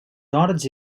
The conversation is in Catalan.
horts